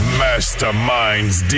masterminds